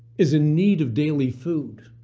is in need of daily food,